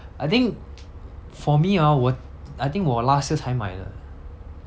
I think for me hor 我 I think 我 last year 才买的